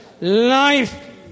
Life